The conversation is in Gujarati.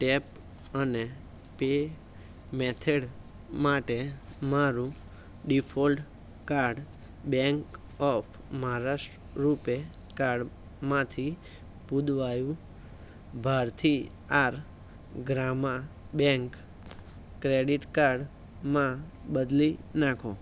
ટેપ અને પે મેથડ માટે મારું default card bank of Maharashtra RuPay કાર્ડમાંથી ભુદુ આયુ ભારથી આર ગ્રામા બેંક ક્રેડિટ કાર્ડમાં બદલી નાખો